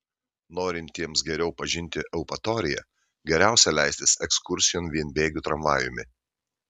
norintiems geriau pažinti eupatoriją geriausia leistis ekskursijon vienbėgiu tramvajumi